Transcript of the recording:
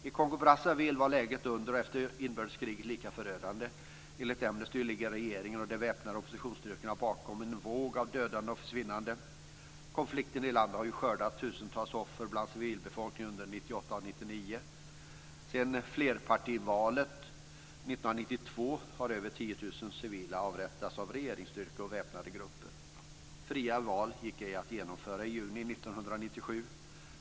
I Kongo-Brazzaville var läget under och efter inbördeskriget lika förödande. Enligt Amnesty ligger regeringen och de väpnade oppositionsstyrkorna bakom en våg av dödande och försvinnanden. Konflikten i landet har skördat tusentals offer bland civilbefolkningen under 1998 och 1999. Sedan flerpartivalet 1992 har över 10 000 civila avrättats av regeringsstyrkor och väpnade grupper. Fria val gick ej att genomföra i juni 1997.